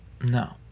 No